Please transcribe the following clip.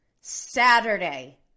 Saturday